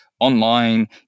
Online